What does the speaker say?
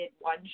one